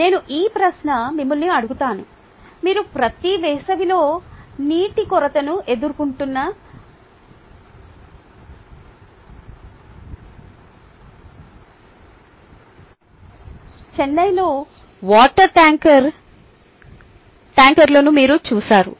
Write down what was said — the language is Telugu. నేను ఈ ప్రశ్న మిమ్మల్ని అడుగుతాను మీరు ప్రతి వేసవిలో నీటి కొరతను ఎదుర్కొంటున్న చెన్నైలో వాటర్ ట్యాంకర్లను మీరు చూశారు